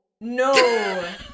No